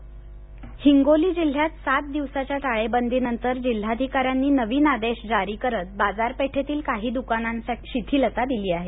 हिंगोली रात्रीची संचारबंदी हिंगोली जिल्ह्यात सात दिवसाच्या टाळेबंदीनंतर जिल्हाधिकाऱ्यांनी नवीन आदेश जारी करत बाजारपेठेतील काही द्कानांसाठी शिथिलता दिली आहे